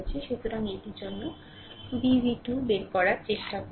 সুতরাং এটির জন্য v v2 বের করার চেষ্টা করুন